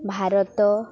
Bharat